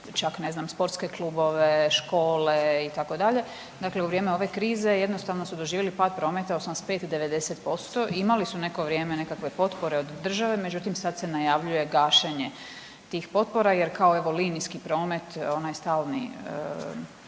čak ne znam sportske klubove, škole itd., dakle u vrijeme ove krize jednostavno su doživjeli pad prometa 85, 90% i imali su neko vrijeme nekakve potpore od države međutim sad se najavljuje gašenje tih potpora jer kao evo linijski promet onaj stalni